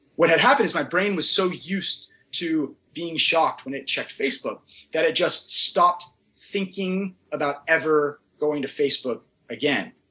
what had happened is my brain was so used to being shocked when i checked facebook that it just stopped thinking about ever going to facebook again.